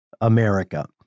America